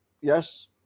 yes